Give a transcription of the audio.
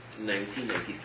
1993